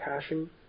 passion